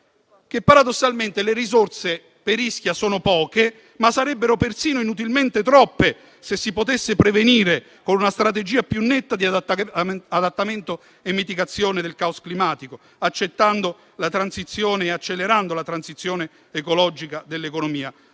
che, paradossalmente, le risorse per Ischia, che sono poche, sarebbero persino inutilmente troppe se si potesse prevenire, con una strategia più netta di adattamento e mitigazione del caos climatico, accelerando la transizione ecologica dell'economia.